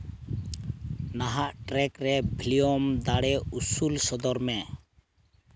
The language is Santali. ᱱᱟᱦᱟᱜ ᱴᱨᱮᱠ ᱨᱮ ᱵᱷᱩᱞᱤᱭᱚᱢ ᱫᱟᱲᱮ ᱩᱥᱩᱞ ᱥᱚᱫᱚᱨ ᱢᱮ